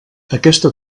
aquesta